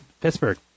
Pittsburgh